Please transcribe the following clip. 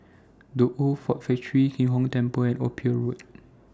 The Old Ford Factory Kim Hong Temple and Ophir Road